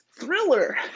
thriller